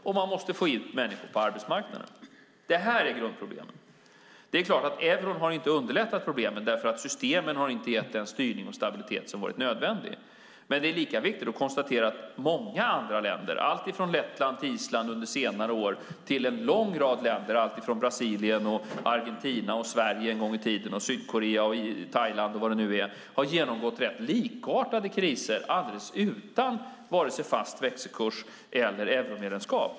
Man måste vidare få ut människor på arbetsmarknaden. Detta är grundproblemen. Euron har inte underlättat problemen, för systemen har inte gett den styrning och stabilitet som varit nödvändig. Det är dock viktigt att konstatera att många andra länder, allt från Brasilien, Argentina, Sverige, Sydkorea och Thailand till nu på senare tid Lettland och Island, har genomgått likartade kriser alldeles utan vare sig fast växelkurs eller euromedlemskap.